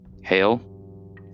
Hail